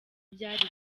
byari